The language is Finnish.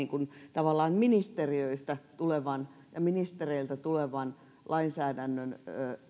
tavallaan ministeriöistä tulevan ja ministereiltä tulevan lainsäädännön